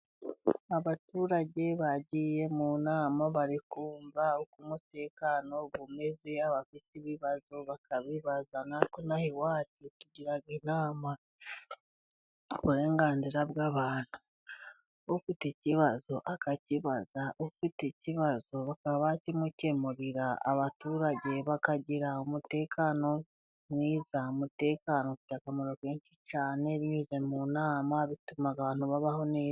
Abaturage bagiye mu nama bari kumva uko umutekano umeze ,abafite ibibazo bakabibaza, n'ino aha iwacu tugira inama uburenganzira bw'abantu ufite ikibazo akakibaza ,ufite ikibazo bakaba bakimukemurira abaturage bakagira umutekano mwiza. Umutekano ufite akamaro kenshi cyane binyuze mu nama, bituma abantu babaho neza.